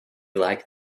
like